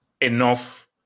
enough